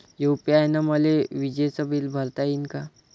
UPI न मले विजेचं बिल भरता यीन का?